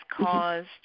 caused